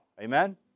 Amen